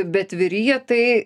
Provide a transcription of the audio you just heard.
bet vyrija tai